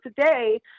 today